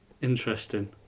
interesting